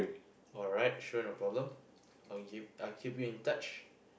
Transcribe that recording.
alright sure no problem I'll y~ I'll keep you in touch